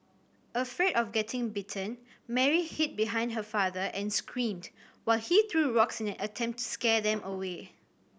afraid of getting bitten Mary hid behind her father and screamed while he threw rocks in an attempt to scare them away